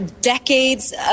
Decades